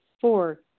Four